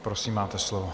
Prosím, máte slovo.